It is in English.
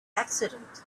accident